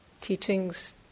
teachings